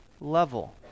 level